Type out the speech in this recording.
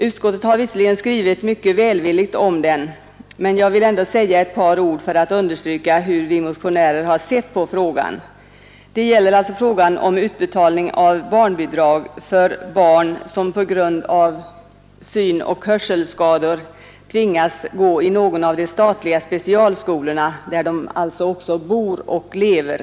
Utskottet har visserligen skrivit mycket välvilligt om denna motion, men för att understryka hur vi motionärer sett på frågan vill jag ändå säga några ord. Det gäller frågan om utbetalning av barnbidrag för barn, som på grund av synoch hörselskador tvingas gå i någon av de statliga specialskolorna där de också bor och lever.